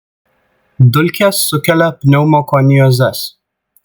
dulkės sukelia pneumokoniozes